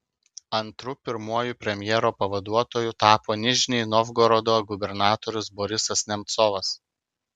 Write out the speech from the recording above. antru pirmuoju premjero pavaduotoju tapo nižnij novgorodo gubernatorius borisas nemcovas